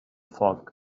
foc